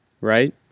Right